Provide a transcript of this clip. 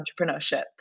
entrepreneurship